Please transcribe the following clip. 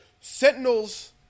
Sentinels